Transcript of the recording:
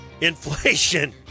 inflation